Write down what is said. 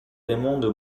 raymonde